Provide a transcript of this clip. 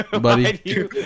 Buddy